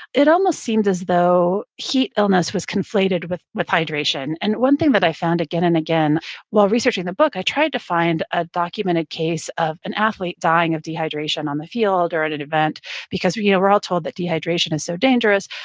it almost seemed as though heat illness was conflated with with hydration. and one thing that i found again and again while researching the book, i tried to find a document, a case of an athlete dying of dehydration on the field or at an event because we're you know we're all told that dehydration is so dangerous.